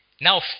Now